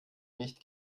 nicht